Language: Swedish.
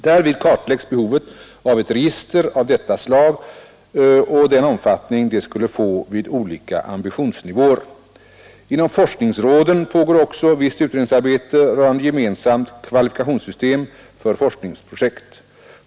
Därvid kartläggs behovet av ett register av detta slag och den omfattning det skulle få vid olika ambitionsnivåer. Inom forskningsråden pågår också visst utredningsarbete rörande gemensamt klassificeringssystem för forskningsprojekt.